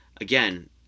again